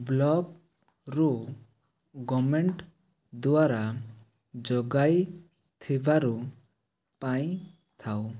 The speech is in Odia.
ବ୍ଲକ୍ରୁ ଗଭ୍ମେଣ୍ଟ ଦ୍ୱାରା ଯୋଗାଇ ଥିବାରୁ ପାଇଁ ଥାଉ